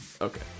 Okay